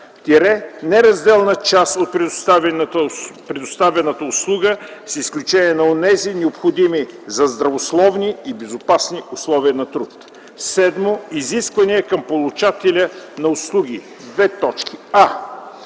– неразделна част от предоставяната услуга, с изключение на онези, необходими за здравословни и безопасни условия на труд; 7. изисквания към получателя на услуги: а) да е